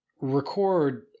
record